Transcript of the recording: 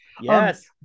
Yes